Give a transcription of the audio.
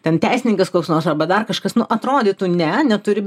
ten teisininkas koks nors arba dar kažkas nu atrodytų ne neturi